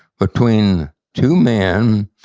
between two men,